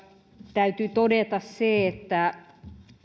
täytyy todeta se että